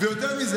ויותר מזה,